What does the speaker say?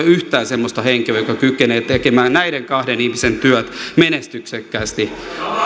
yhtään semmoista henkilöä joka kykenee tekemään näiden kahden ihmisen työt menestyksekkäästi